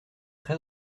très